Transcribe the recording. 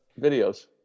videos